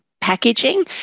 packaging